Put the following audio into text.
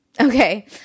Okay